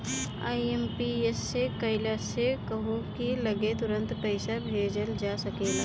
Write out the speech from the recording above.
IMPS से कइला से कहू की लगे तुरंते पईसा भेजल जा सकेला